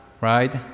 right